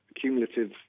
cumulative